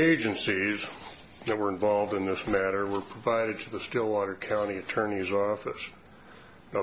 agencies that were involved in this matter were provided to the stillwater county attorney's office